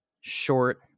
short